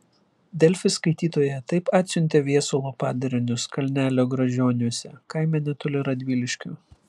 delfi skaitytoja taip atsiuntė viesulo padarinius kalnelio gražioniuose kaime netoli radviliškio